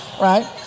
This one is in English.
right